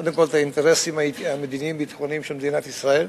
קודם כול את האינטרסים המדיניים-ביטחוניים של מדינת ישראל,